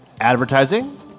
Advertising